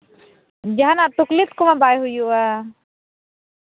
ᱡᱟᱦᱟᱱᱟᱜ ᱛᱟᱠᱷᱞᱤᱯ ᱠᱚᱦᱚᱸ ᱵᱟᱭ ᱦᱩᱭᱩᱜᱼᱟ